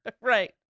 Right